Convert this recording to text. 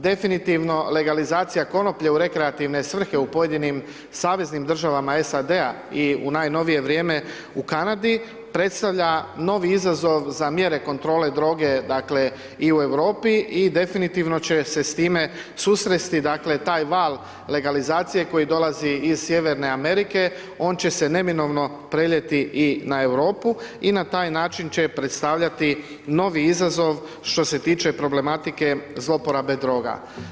Definitivno legalizacija konoplje u rekreativne svrhe u pojedinim saveznim državama SAD-a i u najnovije vrijeme u Kanadi predstavlja novi izazov za mjere kontrole droge dakle i u Europi i definitivno će se sa time susresti, dakle taj val legalizacije koji dolazi iz Sjeverne Amerike on će se neminovno preliti i na Europu i na taj način će predstavljati novi izazov što se tiče problematike zlouporabe droga.